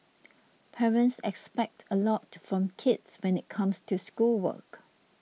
parents expect a lot from kids when it comes to schoolwork